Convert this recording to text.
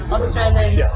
Australian